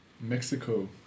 Mexico